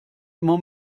immer